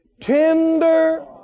Tender